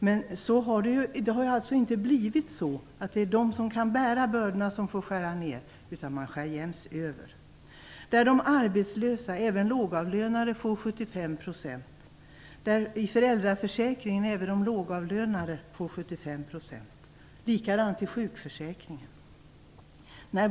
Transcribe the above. Det har alltså inte blivit så att det är de som kan bära bördorna som får skära ner, utan man skär jäms över. Arbetslösa, även lågavlönade, får 75 %. I föräldraförsäkringen får även de lågavlönade 75 %. Det är likadant med sjukförsäkringen.